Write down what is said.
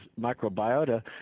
microbiota